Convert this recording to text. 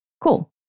Cool